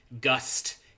gust